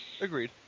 Agreed